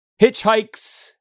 hitchhikes